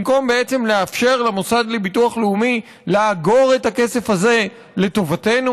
במקום בעצם לאפשר למוסד לביטוח לאומי לאגור את הכסף הזה לטובתנו.